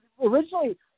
originally